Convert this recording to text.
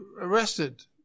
arrested